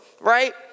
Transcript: right